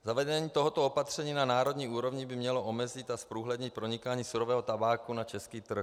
Zavedení tohoto opatření na národní úrovni by mělo omezit a zprůhlednit pronikání surového tabáku na český trh.